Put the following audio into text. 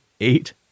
eight